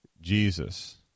Jesus